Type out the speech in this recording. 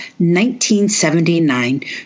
1979